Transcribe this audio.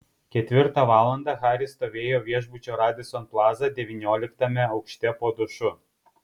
ketvirtą valandą haris stovėjo viešbučio radisson plaza devynioliktame aukšte po dušu